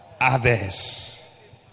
others